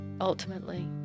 Ultimately